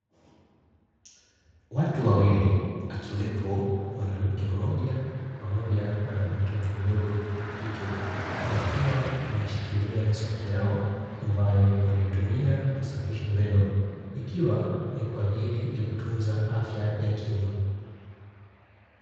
Watu wawili akiwepo mwanamke mmoja pamoja na mtoto mdogo wakike wakiwa wameshikilia miswaki yao ambayo wanaitumia kusafisha meno ikiwa ni kwaajili ya kutunza afya ya kinywa.